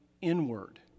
inward